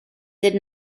did